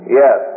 yes